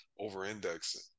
over-indexing